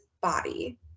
body